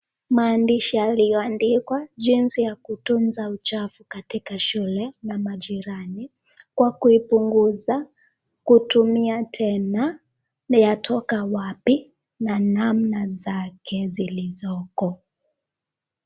Maandishi yaliyoandikwa jinsi ya kutunza uchafu katika shule na majirani kwa kuipunguza kutumia tena na yatoka wapi na namna zake zilizoko.